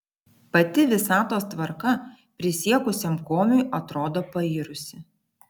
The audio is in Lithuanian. pati visatos tvarka prisiekusiam komiui atrodo pairusi